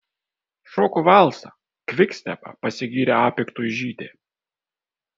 šoku valsą kvikstepą pasigyrė a piktuižytė